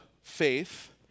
faith